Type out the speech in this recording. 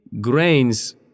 grains